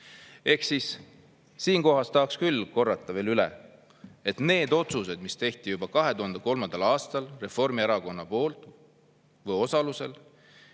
ka juhtus. Siinkohal tahaks küll korrata veel üle, et need otsused, mis tehti juba 2003. aastal Reformierakonna poolt või osalusel,